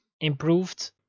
improved